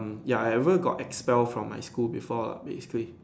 ya I ever got expel from my school before lah basically